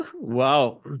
Wow